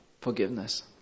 forgiveness